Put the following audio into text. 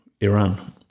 Iran